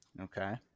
okay